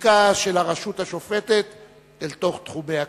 זליגה של הרשות השופטת אל תוך תחומי הכנסת.